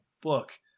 book